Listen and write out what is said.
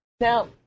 Now